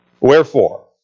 Wherefore